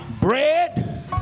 Bread